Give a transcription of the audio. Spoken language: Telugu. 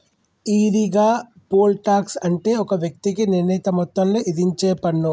ఈరిగా, పోల్ టాక్స్ అంటే ఒక వ్యక్తికి నిర్ణీత మొత్తంలో ఇధించేపన్ను